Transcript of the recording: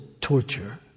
torture